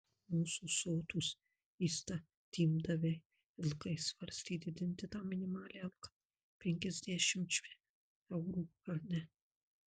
mūsų sotūs įstatymdaviai ilgai svarstė didinti tą minimalią algą penkiasdešimčia eurų ar ne